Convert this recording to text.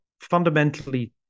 fundamentally